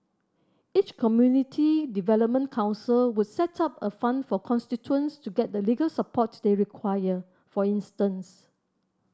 each community development council would set up a fund for constituents to get the legal support they require for instance